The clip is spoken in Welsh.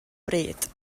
bryd